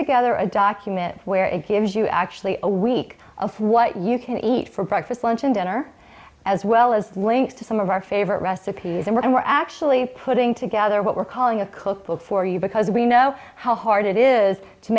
together a document where it gives you actually a week of what you can eat for breakfast lunch and dinner as well as links to some of our favorite recipes and we're actually putting together what we're calling a coastal for you because we know how hard it is to